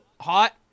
hot –